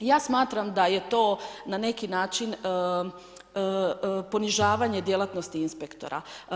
Ja smatram da je to na neki način ponižavanje djelatnosti inspektora.